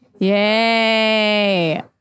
Yay